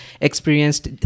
experienced